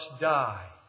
die